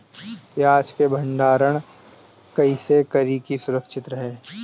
प्याज के भंडारण कइसे करी की सुरक्षित रही?